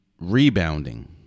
rebounding